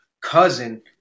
Cousin